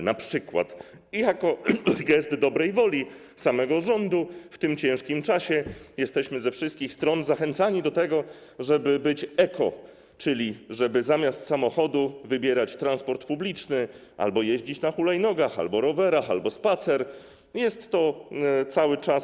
W ramach gestu dobrej woli samego rządu w tym ciężkim czasie jesteśmy ze wszystkich stron zachęcani do tego, żeby być eko, czyli żeby zamiast samochodu wybierać transport publiczny albo jeździć na hulajnogach lub rowerach, albo wybierać spacer.